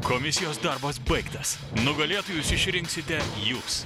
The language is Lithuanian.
komisijos darbas baigtas nugalėtojus išrinksite jūs